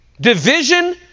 division